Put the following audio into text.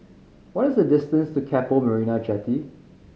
what is the distance to Keppel Marina Jetty